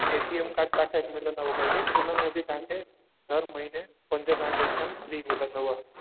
ए T M card तव्हांखे मिलंदव गॾु उनमें बि तव्हांखे हर महीने पंज ट्रांज़ेक्शन फ्री मिलंदव